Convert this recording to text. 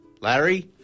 Larry